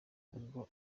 ubwo